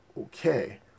Okay